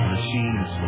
Machines